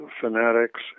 fanatics